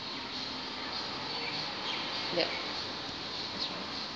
ya